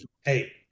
Hey